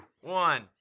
one